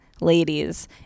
ladies